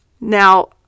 Now